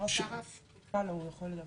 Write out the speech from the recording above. כן.